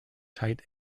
tight